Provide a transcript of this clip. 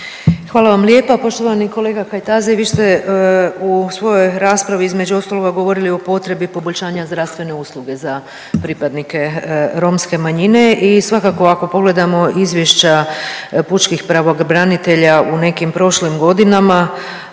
Hvala vam lijepa. Poštovani kolega Kajtazi, vi ste u svojoj raspravi između ostaloga govorili o potrebi poboljšanja zdravstvene usluge za pripadnike romske manjine i svakako ako pogledamo izvješća pučkih pravobranitelja u nekim prošlim godinama,